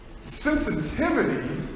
sensitivity